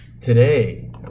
today